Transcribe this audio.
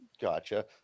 Gotcha